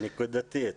נקודתית.